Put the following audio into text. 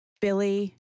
billy